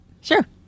Sure